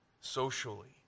socially